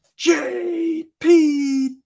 JP